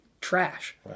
trash